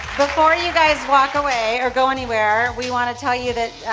before you guys walk away, or go anywhere, we want to tell you that,